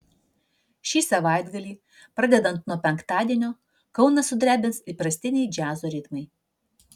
šį savaitgalį pradedant nuo penktadienio kauną sudrebins įprastiniai džiazo ritmai